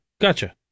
gotcha